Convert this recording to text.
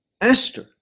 Esther